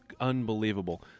Unbelievable